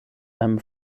einem